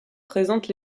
présentent